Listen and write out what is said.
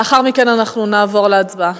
לאחר מכן אנחנו נעבור להצבעה.